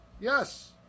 Yes